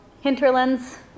hinterlands